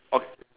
okay